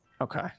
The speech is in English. Okay